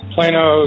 Plano